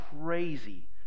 crazy